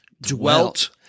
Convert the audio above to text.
dwelt